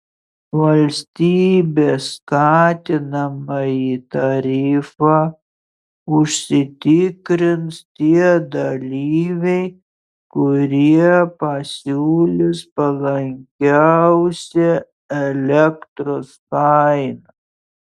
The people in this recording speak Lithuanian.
valstybės skatinamąjį tarifą užsitikrins tie dalyviai kurie pasiūlys palankiausią elektros kainą